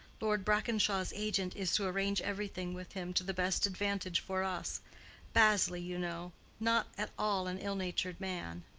lord brackenshaw's agent is to arrange everything with him to the best advantage for us bazley, you know not at all an ill-natured man.